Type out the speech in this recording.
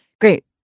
great